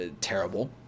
terrible